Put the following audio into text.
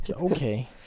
Okay